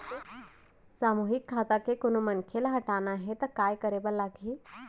सामूहिक खाता के कोनो मनखे ला हटाना हे ता काय करे बर लागही?